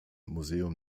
museum